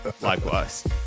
Likewise